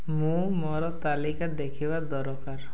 ମୁଁ ମୋର ତାଲିକା ଦେଖିବା ଦରକାର